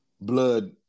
blood